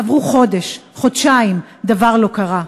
עברו חודש, חודשיים, דבר לא קרה.